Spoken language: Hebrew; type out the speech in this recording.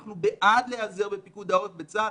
אנחנו בעד להיעזר בפיקוד העורף וצה"ל,